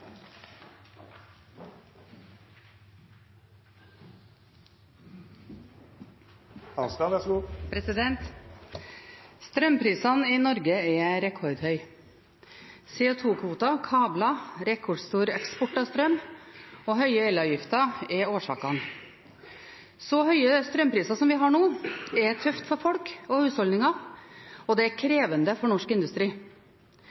Strømprisene i Norge er rekordhøye. CO 2 -kvoter, kabler, rekordstor eksport av strøm og høye elavgifter er årsakene. Så høye strømpriser som vi har nå, er tøft for folk og husholdninger, og det er